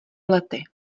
lety